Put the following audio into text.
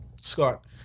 Scott